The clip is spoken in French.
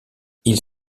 ils